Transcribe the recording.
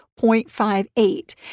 0.58